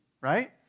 right